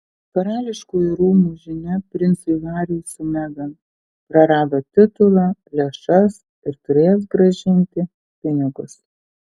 karališkųjų rūmų žinia princui hariui su megan prarado titulą lėšas ir turės grąžinti pinigus